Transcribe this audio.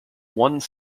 one